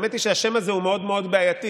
האמת היא שהשם הזה הוא מאוד מאוד בעייתי.